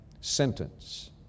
sentence